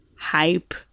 hype